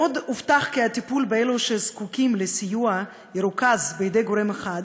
הובטח כי הטיפול באלה שזקוקים לסיוע ירוכז בידי גורם אחד,